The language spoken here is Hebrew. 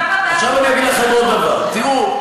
בפעם הבאה כולם ידעו.